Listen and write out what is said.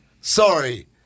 Sorry